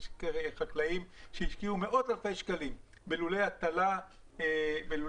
יש חקלאים שהשקיעו מאות אלפי שקלים בלולי הטלה חדישים